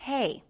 Hey